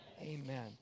Amen